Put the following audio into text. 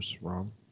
wrong